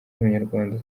w’umunyarwanda